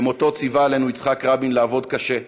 במותו ציווה עלינו יצחק רבין לעבוד קשה,